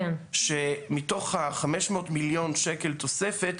שמתוך ה-500 מיליון שקל תוספת,